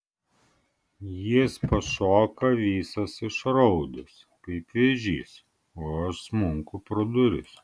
jis pašoka visas išraudęs kaip vėžys o aš smunku pro duris